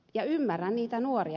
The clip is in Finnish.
ymmärrän niitä nuoria